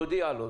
תודיע לו.